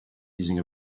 using